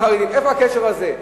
איפה הקשר הזה?